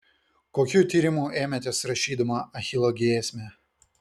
kokių tyrimų ėmėtės rašydama achilo giesmę